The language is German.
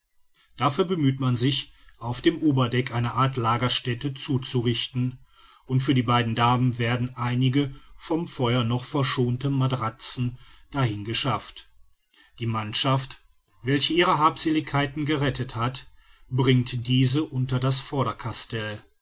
dafür bemüht man sich auf dem oberdeck eine art lagerstätte zuzurichten und für die beiden damen werden einige vom feuer noch verschonte matratzen dahin geschafft die mannschaft welche ihre habseligkeiten gerettet hat bringt diese unter das